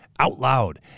OUTLOUD